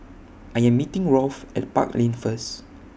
I Am meeting Rolf At Park Lane First